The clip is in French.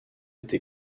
été